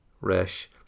Resh